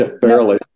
Barely